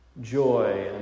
Joy